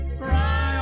cry